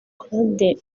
claude